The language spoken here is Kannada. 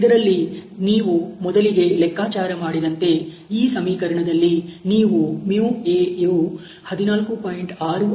ಇದರಲ್ಲಿ ನೀವು ಮೊದಲಿಗೆ ಲೆಕ್ಕಾಚಾರ ಮಾಡಿದಂತೆ ಈ ಸಮೀಕರಣದಲ್ಲಿ ನೀವು μA ಯು 14